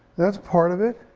that's part of it.